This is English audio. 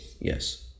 yes